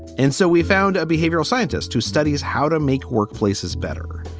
and so we found a behavioral scientist who studies how to make workplaces better.